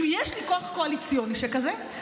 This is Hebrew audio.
אם יש לי כוח קואליציוני שכזה,